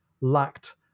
lacked